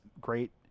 great